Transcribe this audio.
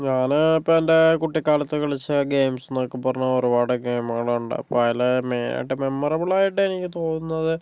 ഞാന് ഇപ്പോൾ എന്റെ കുട്ടിക്കാലത്ത് കളിച്ച ഗെയിംസ് എന്നൊക്കെ പറഞ്ഞാൽ ഒരുപാട് ഗെയിമുകൾ ഉണ്ട് പല മെ എന്റെ മെമ്മറബിളായിട്ട് എനിക്ക് തോന്നുന്നത്